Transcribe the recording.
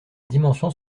dimensions